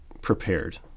prepared